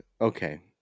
Okay